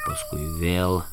paskui vėl